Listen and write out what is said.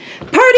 party